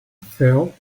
fell